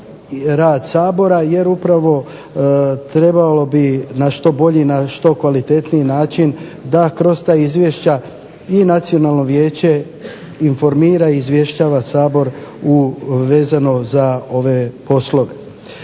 rad Sabora jer upravo trebalo bi na što bolji, na što kvalitetniji način da kroz ta izvješća i Nacionalno vijeće informira i izvještava Sabor vezano za ove poslove.